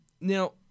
Now